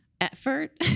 effort